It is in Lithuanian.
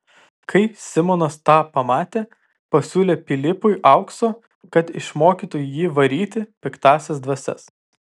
kai simonas tą pamatė pasiūlė pilypui aukso kad išmokytų jį varyti piktąsias dvasias